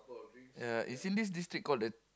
ya it seem this this trick called the